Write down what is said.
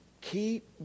Keep